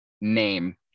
name